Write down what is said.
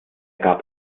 gab